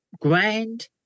grand